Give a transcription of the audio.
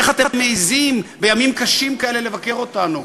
איך אתם מעזים בימים קשים כאלה לבקר אותנו?